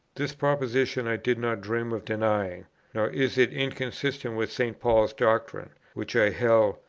this proposition i did not dream of denying, nor is it inconsistent with st. paul's doctrine, which i held,